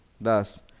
thus